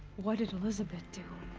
what did elisabet do?